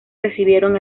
recibieron